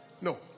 No